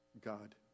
God